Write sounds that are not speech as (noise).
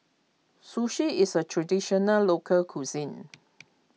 Sushi is a Traditional Local Cuisine (noise)